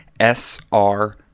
sr